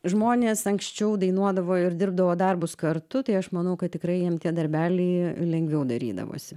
žmonės anksčiau dainuodavo ir dirbdavo darbus kartu tai aš manau kad tikrai jiem tie darbeliai lengviau darydavosi